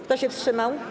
Kto się wstrzymał?